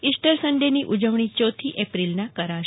Easter સન્ડેની ઉજવણી ચોથી એપ્રિલના રોજ કરાશે